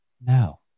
No